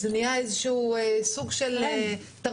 זו נהייתה סוג של תרבות.